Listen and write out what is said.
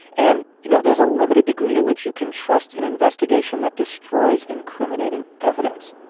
and, you know, there's a limited degree to which you can trust an investigation that destroys incriminating evidence.